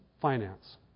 finance